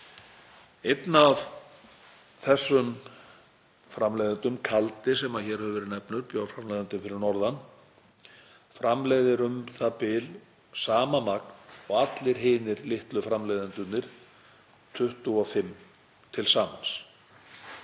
Einn af þessum framleiðendum, Kaldi, sem hér hefur verið nefndur, bjórframleiðandi fyrir norðan, framleiðir um það bil sama magn og allir hinir litlu framleiðendurnir 25 til samans.